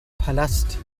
palast